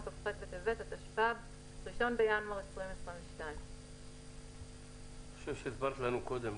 כ"ח בטבת התשפ"ב (1 בינואר 2022). הסברת לנו קודם,